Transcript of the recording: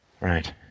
Right